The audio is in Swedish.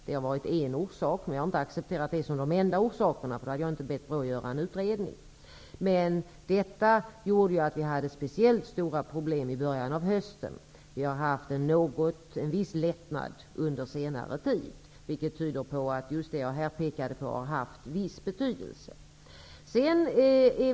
Det är ett par orsaker, men jag har inte accepterat dem som de enda orsakerna -- då hade jag inte bett BRÅ att göra en utredning. Detta gjorde alltså att problemen var speciellt stora i början av hösten, men det har skett en viss lättnad under senare tid. Det tyder på att just det som jag här pekade på har haft viss betydelse.